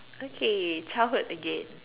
okay childhood again